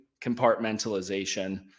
compartmentalization